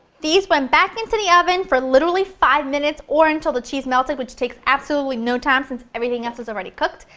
these went back into the oven for literally five minutes or until the cheese is melted, which takes absolutely no time since everything else is already cooked.